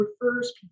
refers